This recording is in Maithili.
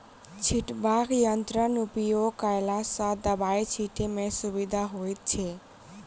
छिटबाक यंत्रक उपयोग कयला सॅ दबाई छिटै मे सुविधा होइत छै